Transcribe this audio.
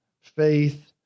faith